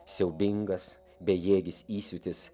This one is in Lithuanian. siaubingas bejėgis įsiūtis